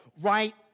right